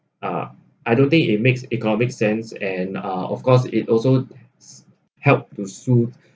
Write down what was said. uh I don't think it makes economic sense and uh of course it also help to sooth